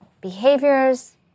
behaviors